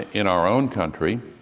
in our own country,